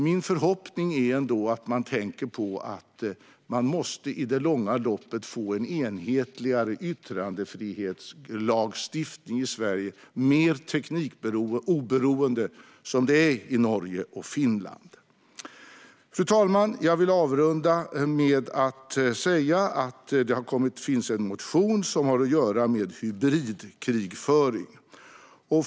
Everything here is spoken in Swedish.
Min förhoppning är ändå att man tänker på att vi i det långa loppet måste få en enhetligare yttrandefrihetslagstiftning i Sverige som är mer teknikoberoende, som den är i Norge och Finland. Fru talman! Jag vill avrunda med att säga att det finns en motion som har att göra med hybridkrigföring.